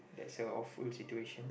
that's your of full situation